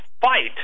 fight